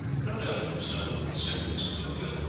no doubt it was done under the semblance of goodwill,